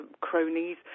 cronies